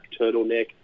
turtleneck